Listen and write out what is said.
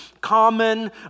common